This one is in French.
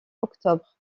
octobre